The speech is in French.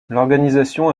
l’organisation